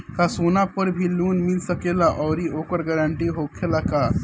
का सोना पर भी लोन मिल सकेला आउरी ओकर गारेंटी होखेला का?